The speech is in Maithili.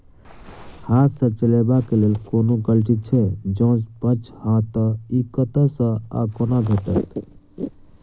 हाथ सऽ चलेबाक लेल कोनों कल्टी छै, जौंपच हाँ तऽ, इ कतह सऽ आ कोना भेटत?